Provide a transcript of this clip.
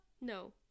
No